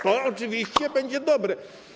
To oczywiście będzie dobre.